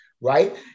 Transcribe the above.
right